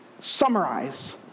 summarize